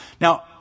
Now